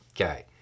Okay